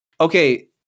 Okay